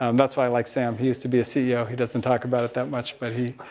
um that's why i like sam, he used to be a ceo, he doesn't talk about it that much, but he,